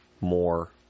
more